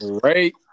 Great